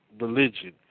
religion